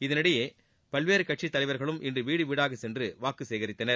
இதனிடையே பல்வேறு கட்சி தலைவர்களும் இன்று வீடு வீடாக சென்று வாக்கு சேகரித்தனர்